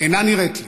אינה נראית לי,